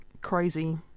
crazy